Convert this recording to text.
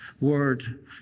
Word